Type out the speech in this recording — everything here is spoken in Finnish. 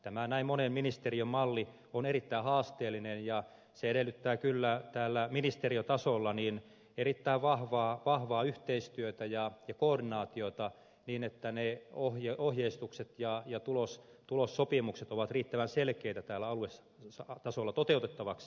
tämä näin monen ministeriön malli on erittäin haasteellinen ja se edellyttää kyllä täällä ministeriötasolla erittäin vahvaa yhteistyötä ja koordinaatiota niin että ne ohjeistukset ja tulossopimukset ovat riittävän selkeitä täällä aluetasolla toteutettavaksi